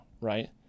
right